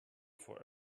for